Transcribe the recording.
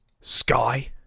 Sky